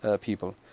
people